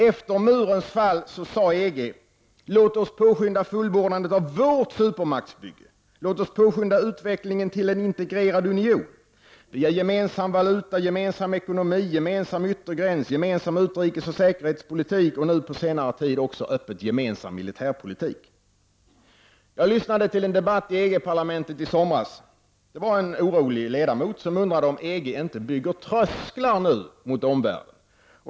Efter murens fall sade EG: Låt oss påskynda fullbordandet av vårt supermaktsbygge, låt oss påskynda utvecklingen till en integrerad union, via gemensam valuta, gemensam ekonomi, gemensam yttergräns, gemensam utrikes och säkerhetspolitik -- och nu på senare tid också öppet gemensam militärpolitik. Jag lyssnade på en debatt i EG-parlamentet i somras. En orolig ledamot undrade om inte EG nu bygger trösklar mot omvärlden.